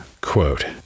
Quote